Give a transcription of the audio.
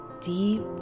deep